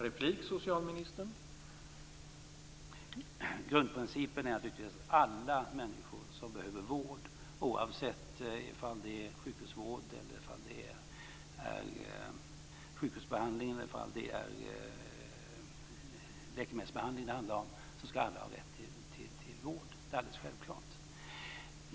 Herr talman! Grundprincipen är naturligtvis att alla människor som behöver vård skall ha rätt till det, oavsett om det är sjukhusvård, sjukhusbehandling eller läkemedelsbehandling. Det är alldeles självklart.